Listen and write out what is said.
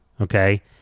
okay